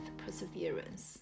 perseverance